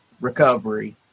recovery